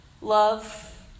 Love